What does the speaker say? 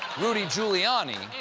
rudy giuliani.